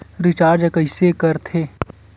Recharge कइसे कर थे?